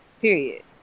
Period